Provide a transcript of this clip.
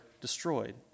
destroyed